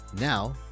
Now